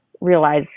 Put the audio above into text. realize